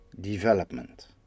development